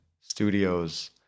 studios